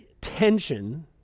tension